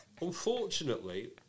unfortunately